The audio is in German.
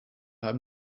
haben